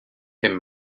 him